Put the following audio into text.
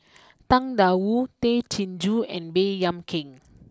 Tang Da Wu Tay Chin Joo and Baey Yam Keng